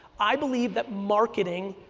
i believe that marketing